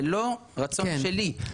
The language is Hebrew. זה לא רצון שלי,